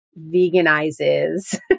veganizes